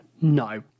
No